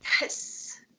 Yes